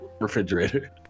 refrigerator